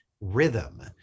rhythm